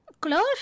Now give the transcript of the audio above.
close